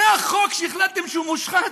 זה החוק שהחלטתם שהוא מושחת?